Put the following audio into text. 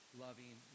loving